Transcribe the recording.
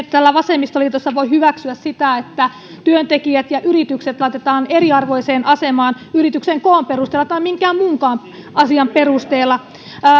täällä vasemmistoliitossa voi hyväksyä sitä että työntekijät ja yritykset laitetaan eriarvoiseen asemaan yrityksen koon perusteella tai minkään muunkaan asian perusteella